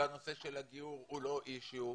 שהנושא של הגיור הוא לא אישיו,